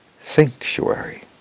sanctuary